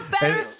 better